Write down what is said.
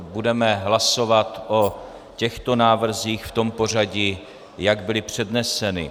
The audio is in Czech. Budeme hlasovat o těchto návrzích v pořadí, jak byly předneseny.